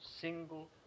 single